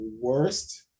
worst